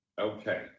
Okay